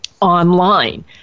Online